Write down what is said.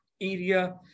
area